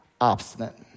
obstinate